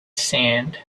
sand